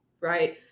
right